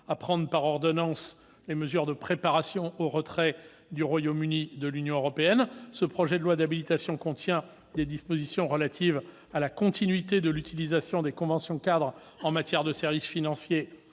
à prendre par ordonnance les mesures de préparation au retrait du Royaume-Uni de l'Union européenne. Ce projet de loi d'habilitation contient des dispositions relatives à la continuité de l'utilisation des conventions-cadres en matière de services financiers,